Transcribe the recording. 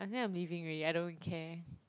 I think I'm leaving already I don't care